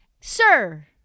Sir